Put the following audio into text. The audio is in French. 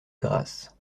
grasse